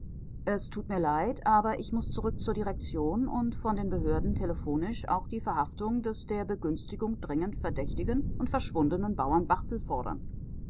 es tut mir leid aber ich muß zurück zur direktion und von den behörden telephonisch auch die verhaftung des der begünstigung dringend verdächtigen und verschwundenen bauern